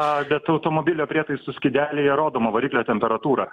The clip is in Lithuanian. a bet automobilio prietaisų skydelyje rodoma variklio temperatūra